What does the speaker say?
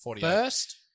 First